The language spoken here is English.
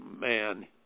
man